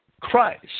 Christ